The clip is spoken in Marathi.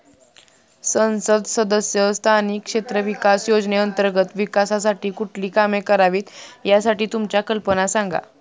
संसद सदस्य स्थानिक क्षेत्र विकास योजने अंतर्गत विकासासाठी कुठली कामे करावीत, यासाठी तुमच्या कल्पना सांगा